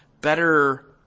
better